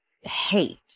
hate